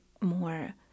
more